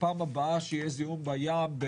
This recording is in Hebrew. שפעם הבאה שיהיה זיהום בים,